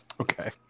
Okay